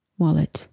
wallet